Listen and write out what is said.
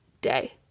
day